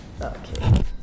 Okay